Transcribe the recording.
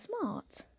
smart